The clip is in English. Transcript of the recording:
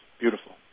Beautiful